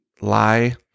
lie